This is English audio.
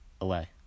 away